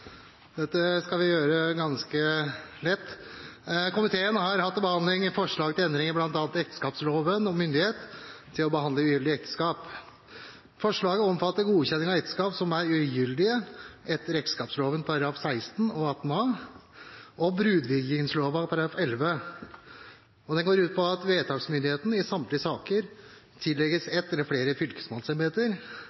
Dette skal vi gjøre ganske lett. Komiteen har hatt til behandling forslag om endringer i bl.a. ekteskapsloven, om myndighet til å behandle ugyldige ekteskap. Forslaget omfatter godkjenning av ekteskap som er ugyldige etter ekteskapsloven §§ 16 og 18a og brudvigjingslova § 11, og går ut på at vedtaksmyndigheten i samtlige saker tillegges ett eller flere fylkesmannsembeter.